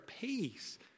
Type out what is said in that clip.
Peace